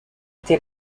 été